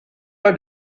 pas